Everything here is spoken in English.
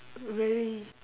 very